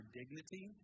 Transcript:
dignity